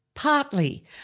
partly